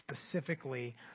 specifically